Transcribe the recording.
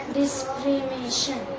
discrimination